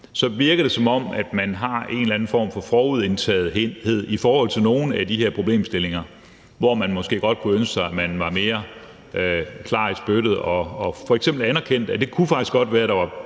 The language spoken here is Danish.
virker det, som om man har en eller anden form for forudindtagethed i forhold til nogle af de her problemstillinger, hvor man måske godt kunne ønske sig, at man var mere klar i spyttet og f.eks. anerkendte, at det faktisk godt kunne